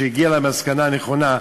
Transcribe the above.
כשהגיע למסקנה הנכונה,